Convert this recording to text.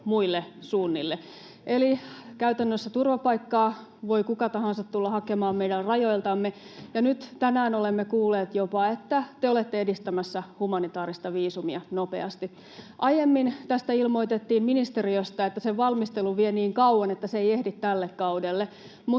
muille suunnille, eli käytännössä turvapaikkaa voi kuka tahansa tulla hakemaan meidän rajoiltamme, ja nyt tänään olemme kuulleet jopa, että te olette edistämässä humanitaarista viisumia nopeasti. Aiemmin tästä ilmoitettiin ministeriöstä, että sen valmistelu vie niin kauan, että se ei ehdi tälle kaudelle,